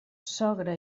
sogra